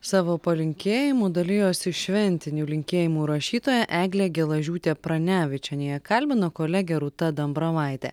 savo palinkėjimu dalijosi šventinių linkėjimų rašytoja eglė gelažiūtė pranevičienė ją kalbino kolegė rūta dambravaitė